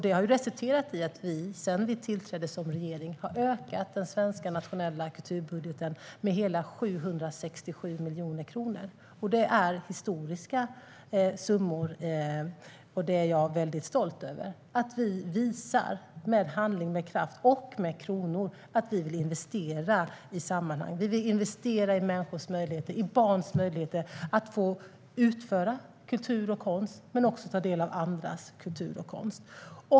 Det har resulterat i att vi sedan vi tillträdde som regering har ökat den svenska nationella kulturbudgeten med hela 767 miljoner kronor. Det är historiska summor, och det är jag väldigt stolt över. Vi visar med handling, med kraft och med kronor att vi vill investera i sammanhang. Vi vill investera i människors möjligheter - i barns möjligheter - att utföra kultur och konst men också att ta del av andras kultur och konst.